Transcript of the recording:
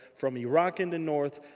from iraq in the north,